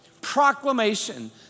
proclamation